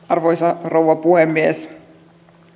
arvoisa rouva puhemies